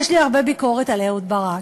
יש לי הרבה ביקורת על אהוד ברק.